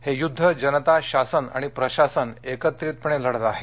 हे युद्ध जनता शासन आणि प्रशासन एकत्रितपणे लढत आहे